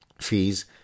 fees